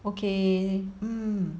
okay mm